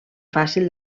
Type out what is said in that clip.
fàcil